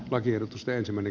lakiehdotus ei mene